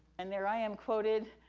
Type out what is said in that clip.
and there i am, quoted,